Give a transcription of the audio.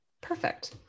perfect